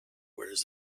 whereas